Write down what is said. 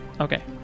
Okay